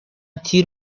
تیر